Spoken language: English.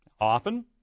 often